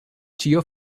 ĉio